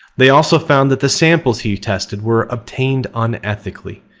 they also found that the samples he tested were obtained unethically,